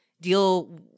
deal